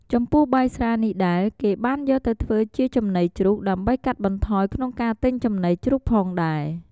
ចំពោះបាយស្រានេះដែល គេបានយកទៅធ្វើជាចំណីជ្រូក ដើម្បីកាត់បន្ថយក្នុងការទិញចំណីជ្រូកផងដែរ។